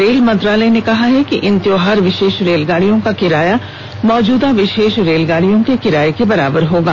rail मंत्रालय ने कहा है कि इन त्योहार विशेष रेलगाडियों का किराया मौजूदा विशेष रेलगाडियों के किराए के बराबर होगा